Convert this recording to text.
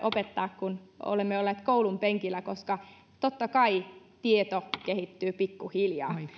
opettaa kun olemme olleet koulunpenkillä koska totta kai tieto kehittyy pikkuhiljaa